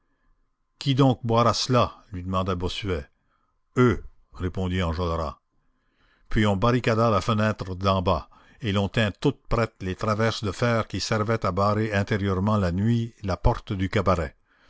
qui donc boira cela lui demanda bossuet eux répondit enjolras puis on barricada la fenêtre d'en bas et l'on tint toutes prêtes les traverses de fer qui servaient à barrer intérieurement la nuit la porte du cabaret